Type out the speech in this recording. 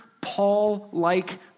Paul-like